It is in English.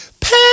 pay